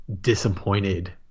disappointed